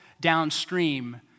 downstream